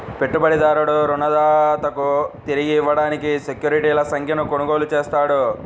పెట్టుబడిదారుడు రుణదాతకు తిరిగి ఇవ్వడానికి సెక్యూరిటీల సంఖ్యను కొనుగోలు చేస్తాడు